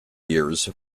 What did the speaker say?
years